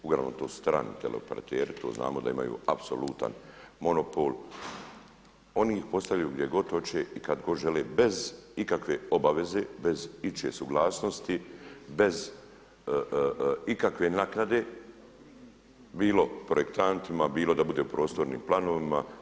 Uglavnom to su strani teleoperateri, to znamo da imaju apsolutan monopol, oni ih postavljaju gdje god hoće i kada god žele, bez ikakve obaveze, bez ičije suglasnosti, bez ikakve naknade bilo projektantima, bilo da bude u prostornim planovima.